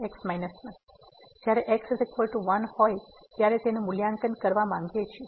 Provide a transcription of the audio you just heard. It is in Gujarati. તેથી જ્યારે x 1 હોય ત્યારે તેનું મૂલ્યાંકન કરવા માંગીએ છીએ